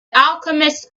alchemist